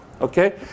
okay